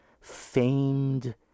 famed